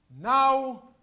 Now